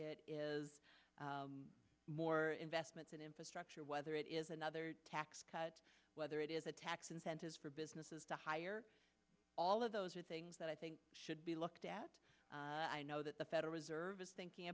it is more investments in infrastructure whether it is another tax cut whether it is a tax incentives for businesses to hire all of those are things that i think should be looked at i know that the federal reserve is thinking